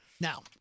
Now